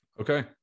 Okay